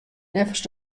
neffens